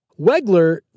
Wegler